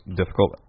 difficult